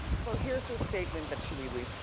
so here's her statement that she released.